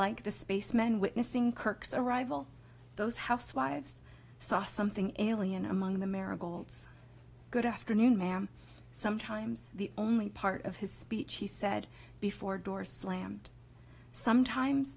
like the space men witnessing kirk's arrival those housewives saw something alien among the marigolds good afternoon ma'am sometimes the only part of his speech he said before door slammed sometimes